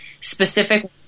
specific